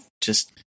just-